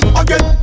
again